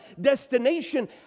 destination